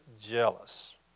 jealous